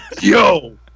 Yo